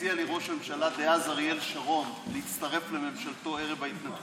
הציע לי ראש הממשלה דאז אריאל שרון להצטרף לממשלתו ערב ההתנתקות